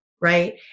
right